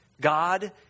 God